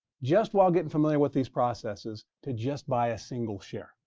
just while getting familiar with these processes, to just buy a single share.